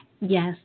yes